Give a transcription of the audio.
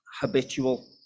habitual